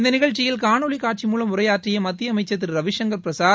இந்த நிகழ்ச்சியில் காணொலி காட்சி மூலம் உரையாற்றிய மத்திய அமைமச்சர் திரு ரவிசங்கர் பிரசாத்